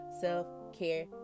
self-care